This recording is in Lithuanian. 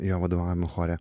jo vadovavimo chore